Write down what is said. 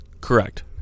Correct